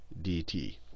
dt